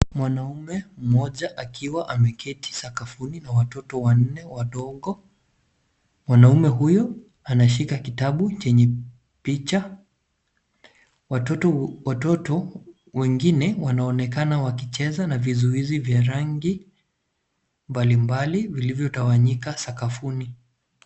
Mwanaume mmoja akiwa sakafuni na watoto wanne wadogo. Mwanaume huyo ameshika kitabu chenye picha. Watoto wengine wanaonekana kucheza na vizuizi vya rangi mbalimbali vilivyotawanyika sakafuni.